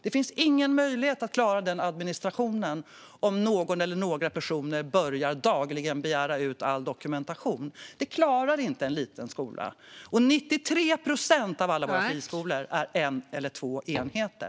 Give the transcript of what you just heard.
Det finns ingen möjlighet att klara den administrationen om någon eller några personer dagligen börjar begära ut all dokumentation. Det klarar inte en liten skola. Och 93 procent av alla våra friskolor är en eller två enheter.